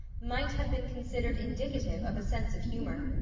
might have been considered indicative of a sense of humor.